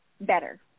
better